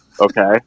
Okay